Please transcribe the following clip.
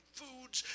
foods